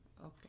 Okay